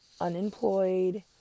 unemployed